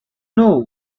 know